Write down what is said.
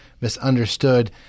Misunderstood